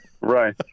Right